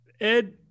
Ed